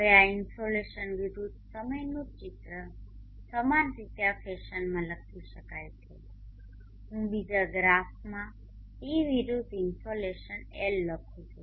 હવે આ ઇન્સોલેશન વિરુદ્ધ સમયનુ ચિત્ર સમાન રીતે આ ફેશનમાં લખી શકાય છે હું બીજા ગ્રાફgraphઆલેખમાં t વિરુદ્ધ ઇન્સોલેશન L લખું છુ